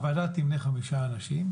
הוועדה תמנה חמישה אנשים,